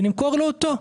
ונמכור לו אותו.